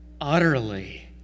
utterly